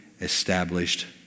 established